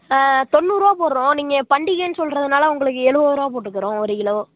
ஆ தொண்ணூறு ரூபா போடுறோம் நீங்கள் பண்டிகைன்னு சொல்றதுனால் உங்களுக்கு எழுபது ரூபா போட்டுக்கிறோம் ஒரு கிலோ